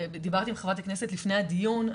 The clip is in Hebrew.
דיברתי עם חברת הכנסת לפני הדיון,